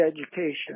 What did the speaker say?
education